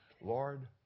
Lord